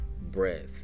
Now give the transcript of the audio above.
breath